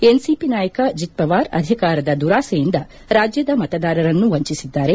NCP ನಾಯಕ ಅಜತ್ ಪವಾರ್ ಅಧಿಕಾರದ ದುರಾಸೆಯಿಂದ ರಾಜ್ಲದ ಮತದಾರರನ್ನು ವಂಚಿಸಿದ್ಗಾರೆ